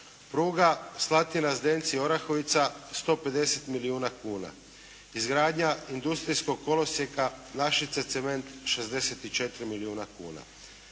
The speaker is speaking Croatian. Pruga Slatina-Zdenci-Orahovica 150 milijuna kuna, izgradnja industrijskog kolosijeka Našice cement 64 milijuna kuna,